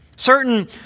Certain